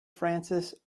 frances